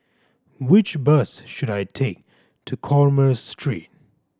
which bus should I take to Commerce Street